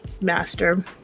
master